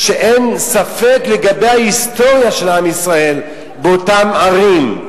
שאין ספק לגבי ההיסטוריה של עם ישראל באותן ערים,